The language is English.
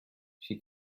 she